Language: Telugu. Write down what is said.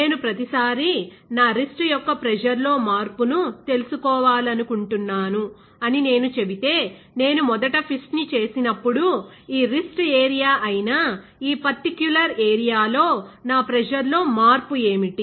నేను ప్రతిసారీ నా రిస్ట్ యొక్క ప్రెజర్ లో మార్పును తెలుసుకోవాలనుకుంటున్నాను అని నేను చెబితే నేను మొదట ఫిస్ట్ ని చేసినప్పుడు ఈ రిస్ట్ ఏరియా అయిన ఈ పర్టిక్యులర్ ఏరియా లో నా ప్రెజర్లో మార్పు ఏమిటి